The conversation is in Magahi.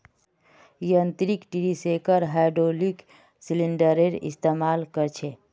यांत्रिक ट्री शेकर हैड्रॉलिक सिलिंडरेर इस्तेमाल कर छे